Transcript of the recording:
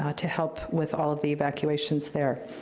to help with all of the evacuations there.